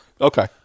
Okay